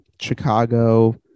chicago